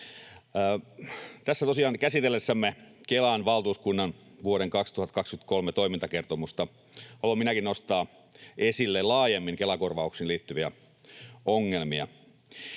Tässä tosiaan käsitellessämme Kelan valtuuskunnan vuoden 2023 toimintakertomusta haluan minäkin nostaa esille laajemmin Kela-korvauksiin liittyviä ongelmia,